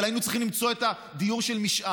אבל היינו צריכים למצוא את הדיור של משען.